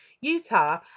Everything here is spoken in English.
Utah